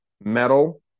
metal